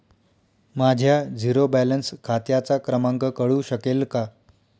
माझ्या zero balance खात्याचा क्रमांक कळू शकेल का?